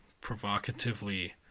provocatively